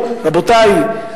רבותי,